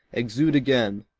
exude again,